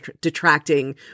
detracting